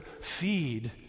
feed